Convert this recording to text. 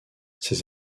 ces